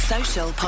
Social